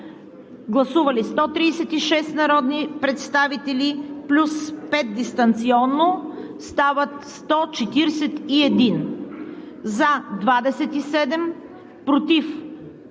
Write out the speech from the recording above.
Гласували 82 народни представители плюс 1 дистанционно, стават 83: за 6, против